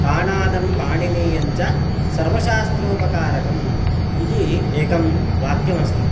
काणादं पाणिनीयञ्च सर्वशास्त्रोपकारकम् इति एकं वाक्यमस्ति